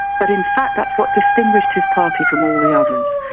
but in fact that's what distinguished his party from all the others.